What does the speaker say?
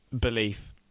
belief